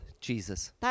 Jesus